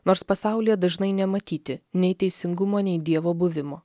nors pasaulyje dažnai nematyti nei teisingumo nei dievo buvimo